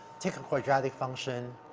take a quadratic function,